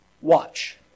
Watch